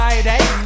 Friday